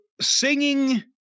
singing